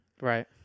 right